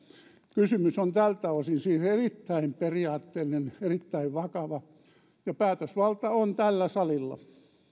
kysymys on tältä osin siis erittäin periaatteellinen erittäin vakava ja päätösvalta on tällä salilla